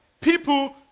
people